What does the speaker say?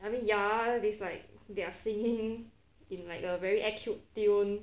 I mean ya this like they are singing in like the very act cute tune